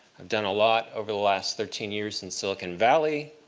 i've done a lot over the last thirteen years in silicon valley,